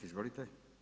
Izvolite.